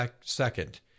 second